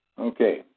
Okay